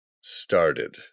started